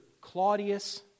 Claudius